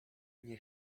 nie